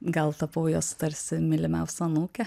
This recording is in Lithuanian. gal tapau jos tarsi mylimiausia anūke